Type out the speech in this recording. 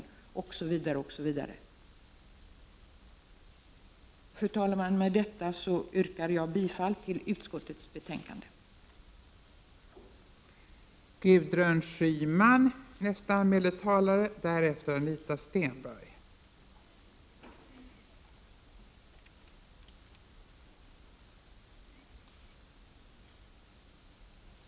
Fru talman! Med detta yrkar jag bifall till hemställan i socialutskottets betänkande 2.